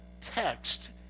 text